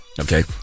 Okay